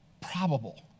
probable